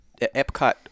Epcot